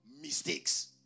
mistakes